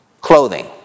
Clothing